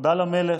תודה למלך,